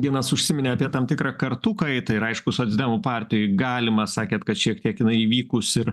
ginas užsiminė apie tam tikrą kartų kaitą ir aišku socdemų partijoj galima sakėt kad šiek tiek jinai įvykus ir